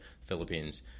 Philippines